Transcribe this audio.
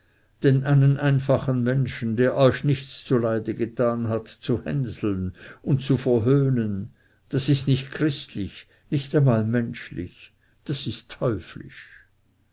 denn einen einfachen menschen der euch nichts zuleide getan hat zu hänseln und zu verhöhnen das ist nicht christlich nicht einmal menschlich das ist teuflisch